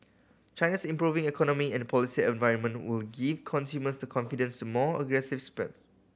China's improving economy and policy environment will give consumers the confidence to more aggressive spend